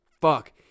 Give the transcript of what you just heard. fuck